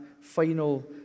final